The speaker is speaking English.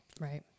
Right